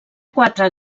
quatre